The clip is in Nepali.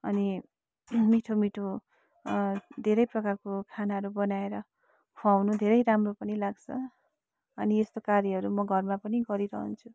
अनि मिठो मिठो धेरै प्रकारको खानाहरू बनाएर ख्वाउनु धेरै राम्रो पनि लाग्छ अनि यस्तो कार्यहरू म घरमा पनि गरिरहन्छु